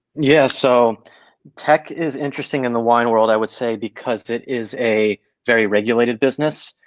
yeah, so tech is interesting in the wine world, i would say, because it is a very regulated business,